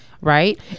Right